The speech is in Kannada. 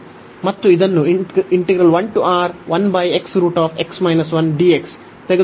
ಮತ್ತು ಇದನ್ನು ತೆಗೆದುಕೊಳ್ಳುವುದು